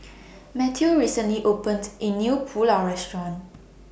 Mateo recently opened A New Pulao Restaurant